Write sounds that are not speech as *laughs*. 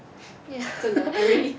ya *laughs*